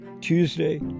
tuesday